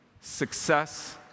success